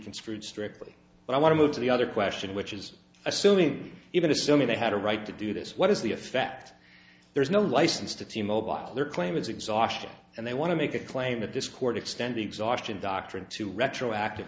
construed strictly but i want to move to the other question which is assuming even assuming they had a right to do this what is the effect there is no license to team obama clear claim it's exhaustion and they want to make a claim that this court extended exhaustion doctrine to retroactive